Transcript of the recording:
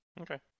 Okay